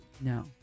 No